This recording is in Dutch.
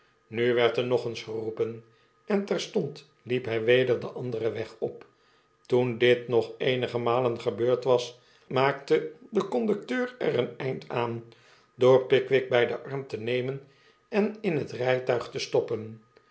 nu werd er nog eens geroepen en terstond liep hij weder den anderen weg op toen dit nog eenige malen gebeurd was maakte de conducteur er een eind aan door pickwick by den arm te nemen en in het rpuig te stoppen